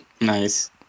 nice